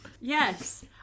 Yes